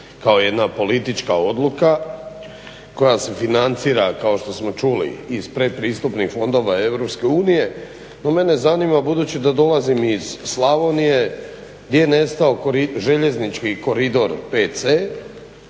kao jedna politička odluka koja se financira kao što smo čuli iz pretpristupnih fondova Europske unije. No mene zanima budući da dolazim iz Slavonije, gdje je nastao željeznički koridor 5c.